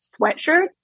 sweatshirts